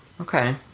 Okay